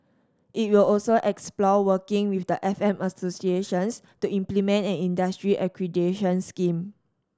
it will also explore working with the F M associations to implement an industry accreditation scheme